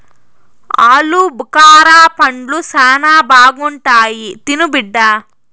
ఆలుబుకారా పండ్లు శానా బాగుంటాయి తిను బిడ్డ